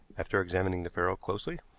after examining the ferrule closely.